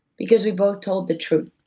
because we both told the truth